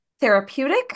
therapeutic